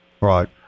Right